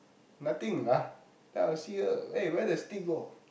nothing lah then I'll see her eh where the stick go